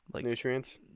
Nutrients